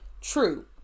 True